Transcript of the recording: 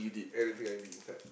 anything I did inside